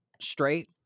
straight